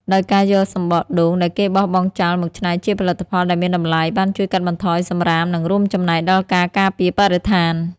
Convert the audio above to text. ដោយការយកសំបកដូងដែលគេបោះបង់ចោលមកច្នៃជាផលិតផលដែលមានតម្លៃ បានជួយកាត់បន្ថយសំរាម និងរួមចំណែកដល់ការការពារបរិស្ថាន។